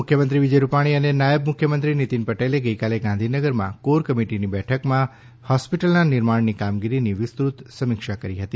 મુખ્યમંત્રી વિજય રૂપાણી અને નાયબ મુખ્યમંત્રી નીતિન પટેલે ગઈકાલે ગાંધીનગરમાં કોર કમિટીની બેઠકમાં હોસ્પીટલના નિર્માણની કામગીરીની વિસ્તૃત સમીક્ષા કરી હતી